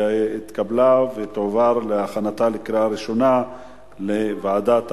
התקבלה ותועבר להכנתה לקריאה ראשונה לוועדת העבודה,